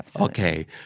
Okay